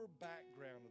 background